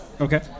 Okay